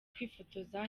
kwifotoza